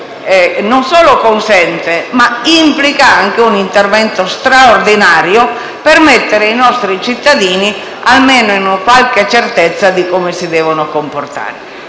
non solo consente ma implica anche un intervento straordinario per dare ai nostri cittadini almeno qualche certezza su come si devono comportare.